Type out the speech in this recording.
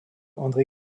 andré